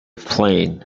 plain